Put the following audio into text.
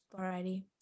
Alrighty